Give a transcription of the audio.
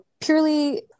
purely